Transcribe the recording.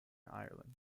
ireland